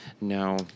no